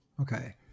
Okay